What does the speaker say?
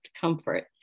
comfort